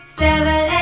seven